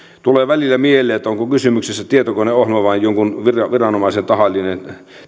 tulee välillä mieleen onko kysymyksessä tietokoneohjelma vai jonkun viranomaisen tahallinen